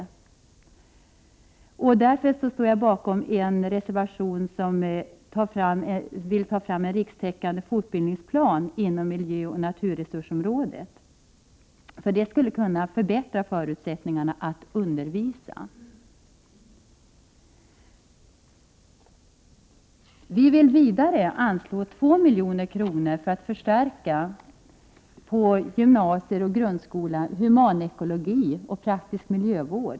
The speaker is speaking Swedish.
Därför står jag bakom en reservation, som vill ta fram en rikstäckande fortbildningsplan inom miljöoch naturresursområdet, för det skulle kunna förbättra förutsättningarna att undervisa. Vidare vill vi anslå 2 milj.kr. för att förstärka humanekologi och praktisk miljövård på gymnasiet och grundskolan.